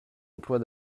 emplois